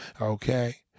Okay